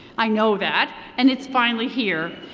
i know that and it's finally here.